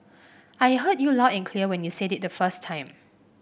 I heard you loud and clear when you said it the first time